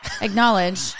acknowledge